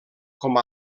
com